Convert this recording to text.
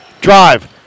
Drive